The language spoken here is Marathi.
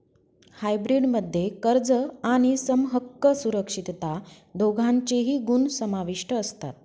हायब्रीड मध्ये कर्ज आणि समहक्क सुरक्षितता दोघांचेही गुण समाविष्ट असतात